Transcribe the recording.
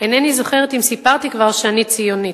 "אינני זוכרת אם סיפרתי כבר שאני ציונית.